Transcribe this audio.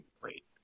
great